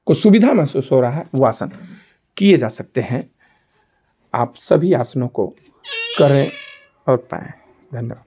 को सुविधा महसूस हो रहा है वह आसन किए जा सकते हैं आप सभी आसनों को करें फल पाएँ धन्यवाद